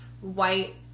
white